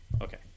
Okay